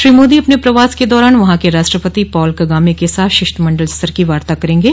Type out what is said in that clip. श्री मोदी अपने प्रवास के दौरान वहां के राष्ट्रपति पॉल कगामे के साथ शिष्ट मंडल स्तर की वार्ता करेंगे